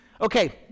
okay